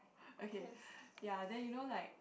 okay ya then you know like